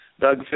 Doug